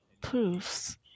proofs